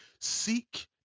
Seek